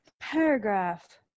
paragraph